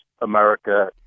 America